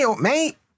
mate